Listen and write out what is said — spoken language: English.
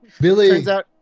Billy